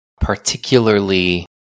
particularly